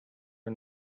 are